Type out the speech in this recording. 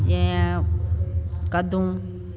जीअं कद्दू